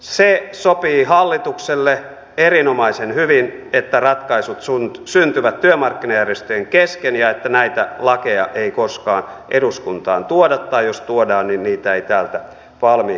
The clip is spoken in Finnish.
se sopii hallitukselle erinomaisen hyvin että ratkaisut syntyvät työmarkkinajärjestöjen kesken ja että näitä lakeja ei koskaan eduskuntaan tuoda tai jos tuodaan niin niitä ei täältä valmiiksi viedä